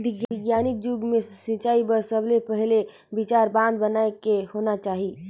बिग्यानिक जुग मे सिंचई बर सबले पहिले विचार बांध बनाए के होना चाहिए